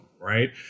right